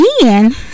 again